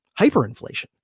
hyperinflation